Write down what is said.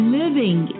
living